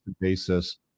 basis